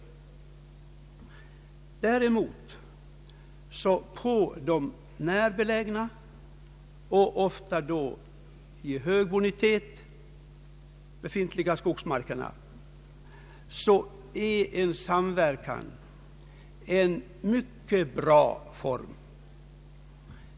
På de närbelägna och ofta i god bonitet befintliga skogsmarkerna är däremot samverkan en mycket bra form.